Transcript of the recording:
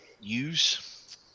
use